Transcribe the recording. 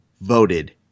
voted